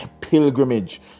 pilgrimage